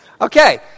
Okay